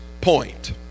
point